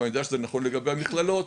ואני יודע שזה נכון לגבי המכללות,